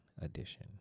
Edition